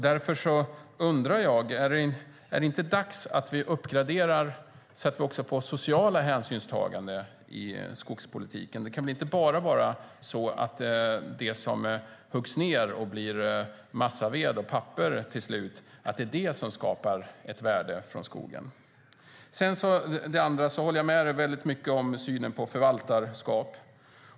Därför undrar jag: Är det inte dags att vi gör en uppgradering, så att vi också får sociala hänsynstaganden i skogspolitiken? Det kan väl inte vara så att det bara är det som huggs ned och blir massaved och papper som skapar ett värde från skogen? Jag instämmer starkt vad gäller synen på förvaltarskap.